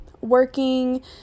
working